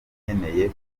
nkeneye